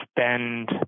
spend